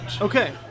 Okay